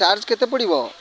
charge କେତେ ପଡ଼ିବ